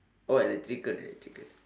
oh electrical electrical